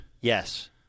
Yes